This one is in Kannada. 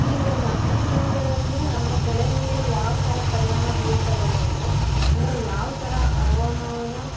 ಈಗಿನ ಈ ದಿನಗಳಲ್ಲಿ ನಮ್ಮ ಬೆಳೆ ಮೇಲೆ ಯಾವ ಥರ ಪರಿಣಾಮ ಬೀಳ್ತಾ ಇದೆ ಅಂದರೆ ಅಂದರೆ ಯಾವ ಥರ ಹವಾಮಾನ